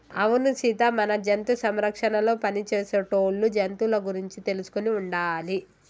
అవును సీత మన జంతు సంరక్షణలో పని చేసేటోళ్ళు జంతువుల గురించి తెలుసుకొని ఉండాలి